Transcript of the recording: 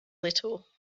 little